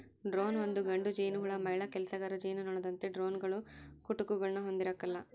drone ಒಂದು ಗಂಡು ಜೇನುಹುಳು ಮಹಿಳಾ ಕೆಲಸಗಾರ ಜೇನುನೊಣದಂತೆ ಡ್ರೋನ್ಗಳು ಕುಟುಕುಗುಳ್ನ ಹೊಂದಿರಕಲ್ಲ